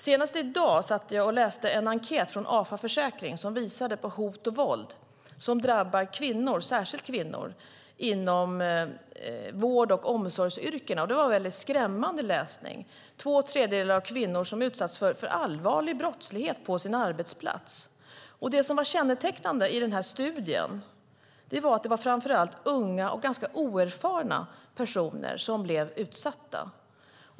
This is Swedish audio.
Senast i dag läste jag en enkät från AFA Försäkring om hot och våld som drabbar särskilt kvinnor inom vård och omsorgsyrkena. Det var en skrämmande läsning. Det är två tredjedelar av kvinnorna som utsätts för allvarlig brottslighet på sin arbetsplats. Det som var kännetecknande i den här studien var att det var framför allt unga och ganska oerfarna personer som blev utsatta.